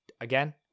again